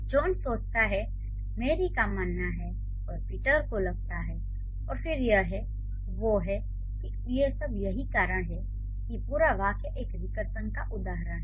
John सोचता है Mary का मानना है और पीटर को लगता है और फिर यह है वो है कि और बस यही कारण है कि पूरा वाक्य एक रिकर्सन का एक उदाहरण है